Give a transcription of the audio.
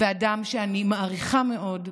ואדם שאני מעריכה מאוד,